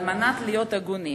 כדי להיות הגונים,